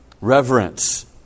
Reverence